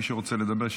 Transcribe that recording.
ומי שרוצה לדבר,